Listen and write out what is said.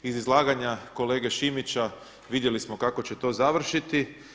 Iz izlaganja kolege Šimića vidjeli smo kako će to završiti.